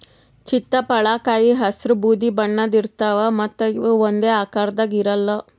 ಚಿತ್ತಪಳಕಾಯಿ ಹಸ್ರ್ ಬೂದಿ ಬಣ್ಣದ್ ಇರ್ತವ್ ಮತ್ತ್ ಇವ್ ಒಂದೇ ಆಕಾರದಾಗ್ ಇರಲ್ಲ್